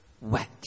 wet